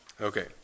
Okay